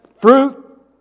fruit